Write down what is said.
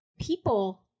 people